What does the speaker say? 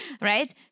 right